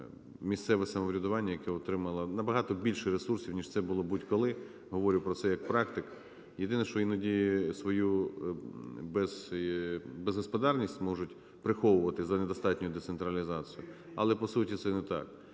місцеве самоврядування, яке отримало набагато більше ресурсів, ніж це було будь-коли, говорю про це як практик. Єдине, що іноді свою безгосподарність можуть приховувати за недостатньою децентралізацією, але по суті це не так.